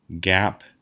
gap